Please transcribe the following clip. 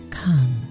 come